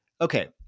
okay